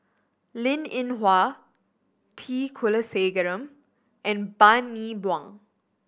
Linn In Hua T Kulasekaram and Bani Buang